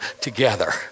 together